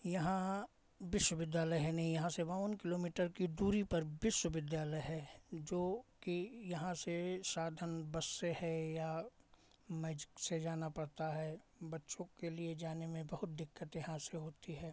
यहाँ विश्वविद्यालय है नहीं यहाँ से बावन किलोमीटर की दूरी पर विश्वविद्यालय है जो कि यहाँ से साधन बस से है या मैज़िक से जाना पड़ता है बच्चों के लिए जाने में बहुत दिक्कत यहाँ से होती है